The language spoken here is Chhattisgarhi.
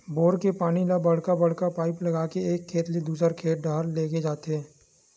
बोर के पानी ल बड़का बड़का पाइप लगा के एक खेत ले दूसर खेत डहर लेगे जाथे